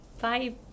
bye